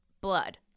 Blood